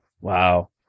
Wow